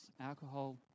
alcohol